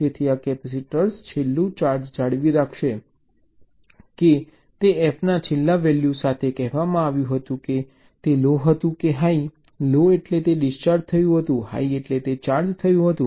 તેથી આ કેપેસિટર છેલ્લું ચાર્જ જાળવી રાખશે કે તે F ના છેલ્લા વૅલ્યુ સાથે કહેવામાં આવ્યું હતું કે તે લો હતું કે હાઈ લો એટલે તે ડિસ્ચાર્જ થયું હતું હાઈ એટલે કે તે ચાર્જ થયું હતું